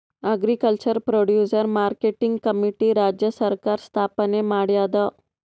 agriculture producer marketing committee ರಾಜ್ಯ ಸರ್ಕಾರ್ ಸ್ಥಾಪನೆ ಮಾಡ್ಯಾದ